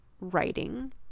writing